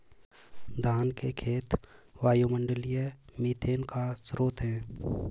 धान के खेत वायुमंडलीय मीथेन का स्रोत हैं